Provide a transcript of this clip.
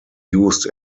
used